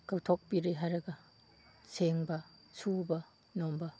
ꯀꯧꯊꯣꯛꯄꯤꯔꯦ ꯍꯥꯏꯔꯒ ꯁꯦꯡꯕ ꯁꯨꯕ ꯅꯣꯝꯕ